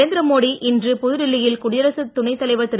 நரேந்திரமோடி இன்று புதுடில்லியில் குடியரசுத் துணைத் தலைவர் திரு